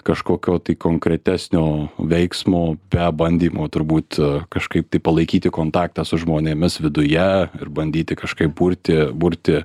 kažkokio konkretesnio veiksmo be bandymo turbūt kažkaip palaikyti kontaktą su žmonėmis viduje ir bandyti kažkaip burti burti